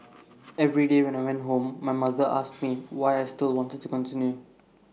every day when I went home my mother asked me why I still wanted to continue